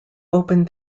opened